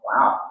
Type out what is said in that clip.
wow